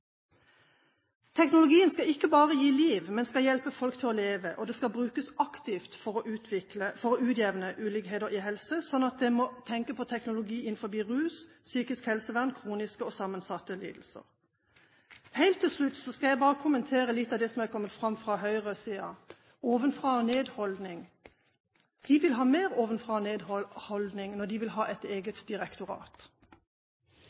Teknologien skal ikke bare gi liv, men skal hjelpe folk til å leve, og den skal brukes aktivt for å utjevne ulikheter på helseområdet, slik at en må tenke på teknologi innenfor rusfeltet, psykisk helsevern og kroniske og sammensatte lidelser. Helt til slutt skal jeg bare kommentere litt av det som har kommet fram fra høyresiden om ovenfra-og-nedad-holdning. De vil få mer ovenfra-og-nedad-holdning med et eget